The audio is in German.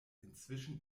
inzwischen